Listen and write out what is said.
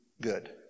good